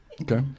Okay